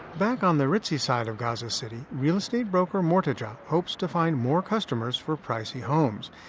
back on the ritzy side of gaza city, real estate broker mortja hopes to find more customers for pricey homes.